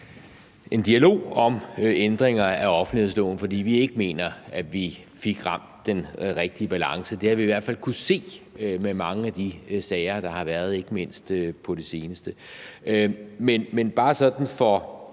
en dialog om ændringer af offentlighedsloven, fordi vi ikke mener, at vi fik ramt den rigtige balance. Det har vi i hvert fald kunnet se med mange af de sager, der har været ikke mindst på det seneste. Men bare sådan for,